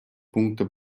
пункта